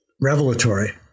revelatory